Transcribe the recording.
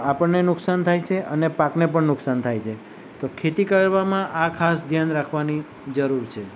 આપણને નુકસાન થાય છે અને પાકને પણ નુકસાન થાય છે તો ખેતી કરવામાં આ ખાસ ધ્યાન રાખવાની જરૂર છે